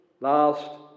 last